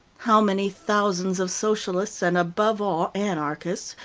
how many thousands of socialists, and above all anarchists,